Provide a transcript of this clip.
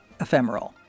ephemeral